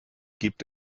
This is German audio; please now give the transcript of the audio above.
gibt